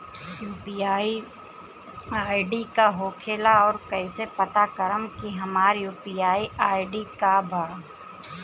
UPI ID का होखेला और कईसे पता करम की हमार यू.पी.आई आई.डी का बा?